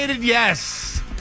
Yes